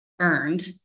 earned